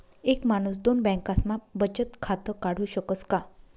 एक माणूस दोन बँकास्मा बचत खातं काढु शकस का?